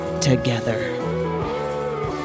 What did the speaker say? together